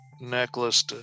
necklace